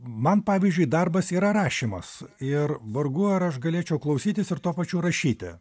man pavyzdžiui darbas yra rašymas ir vargu ar aš galėčiau klausytis ir tuo pačiu rašyti